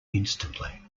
instantly